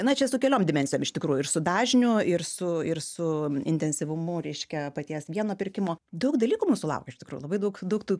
na čia su keliom dimensijom iš tikrųjų ir su dažniu ir su ir su intensyvumu reiškia paties vieno pirkimo daug dalykų mūsų laukia iš tikrųjų labai daug daug tų